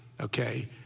Okay